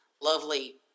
lovely